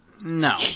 No